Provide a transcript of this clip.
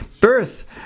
birth